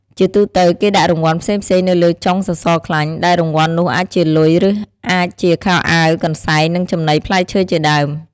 ជាទូទៅ គេដាក់រង្វាន់ផ្សេងៗនៅលើចុងសសរខ្លាញ់ ដែលរង្វាន់នោះអាចជាលុយ ឬអាចជាខោអាវ កន្សែង និងចំណីផ្លែឈើជាដើម។